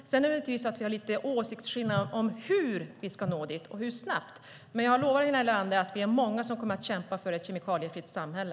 Sedan har vi lite åsiktsskillnader i fråga om hur vi ska nå dit och hur snabbt. Men jag lovar Helena Leander att vi är många som kommer att kämpa för ett kemikaliefritt samhälle.